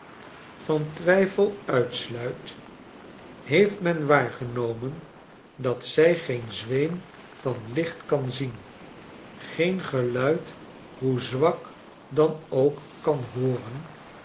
van twijfel uitsluit beeft men waargenomen dat zij geen zweem van licht kan zien geen geluid hoe zwak dan ook kan hooren